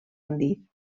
andí